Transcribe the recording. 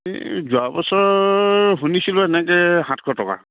এই যোৱা বছৰ শুনিছিলোঁ এনেকে সাতশ টকা